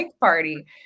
party